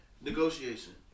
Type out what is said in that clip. Negotiation